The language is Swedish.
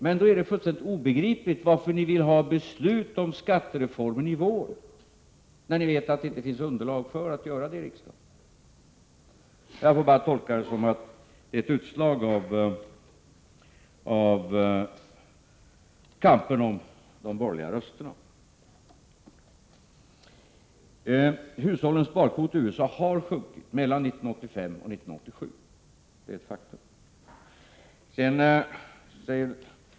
Men det är fullständigt obegripligt varför ni vill ha beslut om skattereformen i vår, när ni vet att det inte finns underlag för det i riksdagen. Jag kan bara tolka det som ett utslag av kampen om de borgerliga rösterna. Hushållens sparkvot i USA har sjunkit mellan 1985 och 1987. Det är ett faktum.